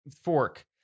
fork